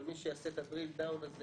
אבל מי שיעשה את הדריל-דאון הזה